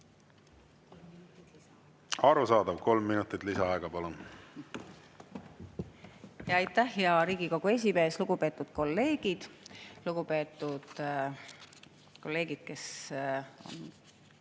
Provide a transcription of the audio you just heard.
Arusaadav, kolm minutit lisaaega, palun! Aitäh, hea Riigikogu esimees! Lugupeetud kolleegid! Lugupeetud kolleegid, kes on